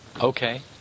Okay